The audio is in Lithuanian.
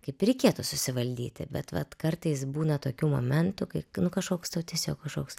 kaip ir reikėtų susivaldyti bet vat kartais būna tokių momentų kai kažkoks tau tiesiog kažkoks